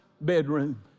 bedroom